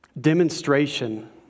demonstration